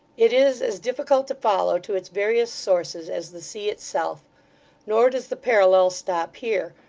it is as difficult to follow to its various sources as the sea itself nor does the parallel stop here,